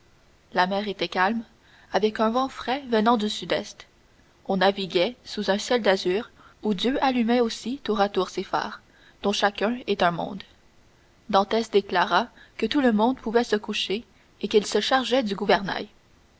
la mer était calme avec un vent frais venant du sud-est on naviguait sous un ciel d'azur où dieu allumait aussi tour à tour ses phares dont chacun est un monde dantès déclara que tout le monde pouvait se coucher et qu'il se chargeait du gouvernail